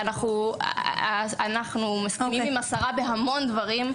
אנחנו מסכימים עם השרה בהמון דברים,